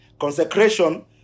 consecration